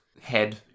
Head